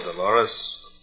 Dolores